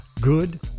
good